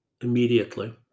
immediately